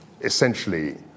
essentially